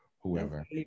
whoever